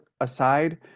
aside